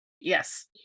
Yes